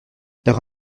leurs